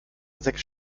sechs